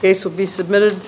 this will be submitted